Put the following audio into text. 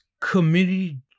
community